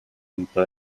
into